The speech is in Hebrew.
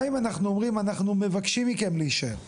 גם אם אנחנו אומרים שאנחנו מבקשים מכם להישאר,